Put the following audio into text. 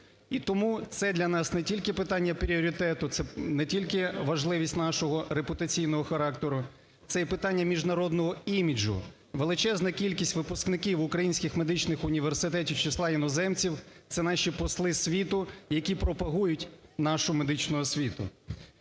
І тому це для нас не тільки питання пріоритету, це не тільки важливість нашого репутаційного характеру, це і питання міжнародного іміджу. Величезна кількість випускників українських медичних університетів з числа іноземців – це наші посли світу, які пропагують нашу медичну освіту.